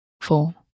four